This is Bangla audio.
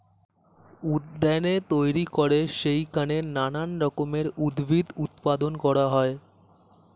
উদ্যানে তৈরি করে সেইখানে নানান রকমের উদ্ভিদ উৎপাদন করা হয়